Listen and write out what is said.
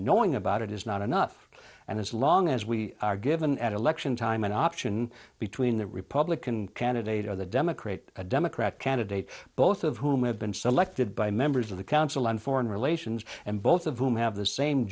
knowing about it is not enough and as long as we are given at election time an option between the republican candidate or the democrat a democrat candidate both of whom have been selected by members of the council on foreign relations and both of whom have the same